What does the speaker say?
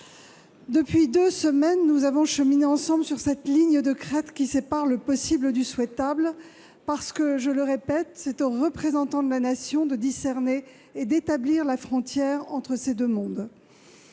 dernières semaines, nous avons cheminé ensemble sur la ligne de crête qui sépare le possible du souhaitable. Je le répète, c'est aux représentants de la Nation de discerner et d'établir la frontière entre ces deux mondes.